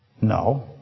No